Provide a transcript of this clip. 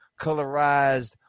colorized